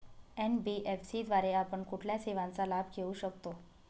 NBFC द्वारे आपण कुठल्या सेवांचा लाभ घेऊ शकतो?